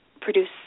produce